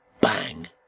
Bang